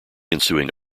ensuing